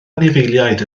anifeiliaid